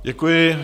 Děkuji.